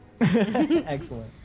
Excellent